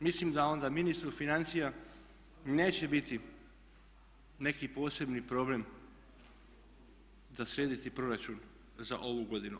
Mislim da onda ministru financija neće biti neki posebni problem srediti proračun za ovu godinu.